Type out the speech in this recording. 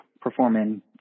performing